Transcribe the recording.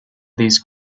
these